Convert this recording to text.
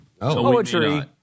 Poetry